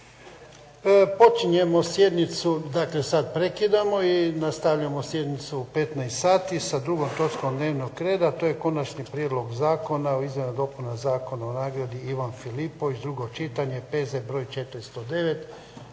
Počinjemo sjednicu, dakle sada prekidamo i nastavljamo sjednicu u 15,00 sati, sa drugom točkom dnevnog reda, to je Konačni prijedlog zakona o izmjenama i dopunama Zakona o nagradi "Ivan Filipović", drugo čitanje, P.Z. broj 409.